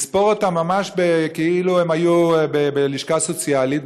לספור אותם ממש כאילו הם היו בלשכה סוציאלית,